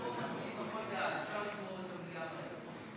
ההצעה להעביר את הצעת חוק החברות (תיקון מס' 25)